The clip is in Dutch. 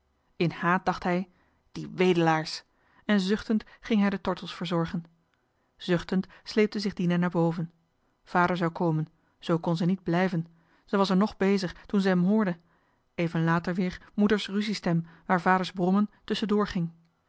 in haat dacht hij die wedelaars en zuchtend ging hij de tortels verzorgen zuchtend sleepte zich dina naar boven vader zou komen zoo kon ze niet blijven ze was er nog bezig toen ze hem hoorde even later weer moeder's ruziestem waar vader's brommen